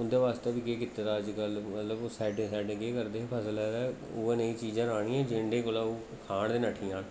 उं'दे आस्तै बी केह् कीते दा अजकल मतलब साइडें साइडें केह् करदे हे फसलै दे उ'ऐ नेही चीजां राह्नियां जिं'दे कोला ओह् खान ते नस्सी जान